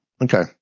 Okay